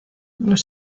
los